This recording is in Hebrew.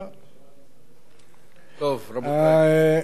השמאל משתלט על הממשלה.